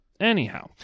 Anyhow